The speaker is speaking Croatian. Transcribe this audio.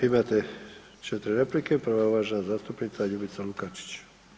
E, imate 4 replike, prva je uvažena zastupnica Ljubica Lukačić.